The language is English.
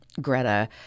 Greta